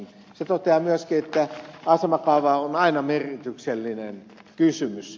se toteaa myöskin että asemakaava on aina merkityksellinen kysymys